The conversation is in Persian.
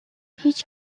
هیچ